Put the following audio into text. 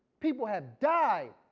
people have died